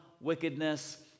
wickedness